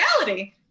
reality